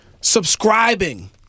subscribing